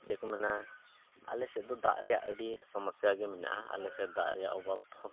ᱪᱮᱫ ᱠᱚ ᱢᱮᱱᱟ ᱟᱞᱮ ᱥᱮᱫ ᱫᱚ ᱫᱟᱜ ᱨᱮᱭᱟᱜ ᱟᱹᱰᱤ ᱥᱚᱢᱚᱥᱥᱟ ᱜᱮ ᱢᱮᱱᱟᱜᱼᱟ ᱟᱞᱮ ᱥᱮᱫ ᱫᱟᱜ ᱨᱮᱭᱟᱜ ᱚᱵᱷᱟᱵᱽ ᱦᱚᱸ